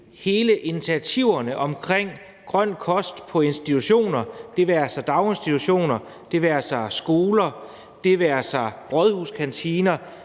alle initiativerne omkring grøn kost på institutioner – det være sig daginstitutioner, det være sig skoler, det være sig rådhuskantiner,